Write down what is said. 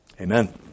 Amen